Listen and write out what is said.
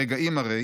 ברגעים הרי